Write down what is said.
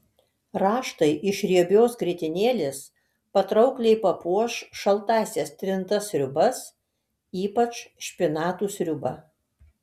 raštai iš riebios grietinėlės patraukliai papuoš šaltąsias trintas sriubas ypač špinatų sriubą